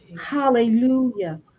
Hallelujah